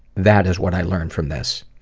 that is what i learned from this.